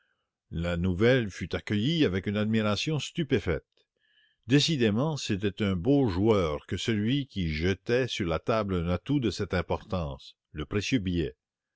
la nouvelle fut accueillie avec une admiration stupéfaite décidément c'était un beau joueur que celui qui jetait sur la table un atout de cette importance le précieux billet